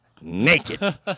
naked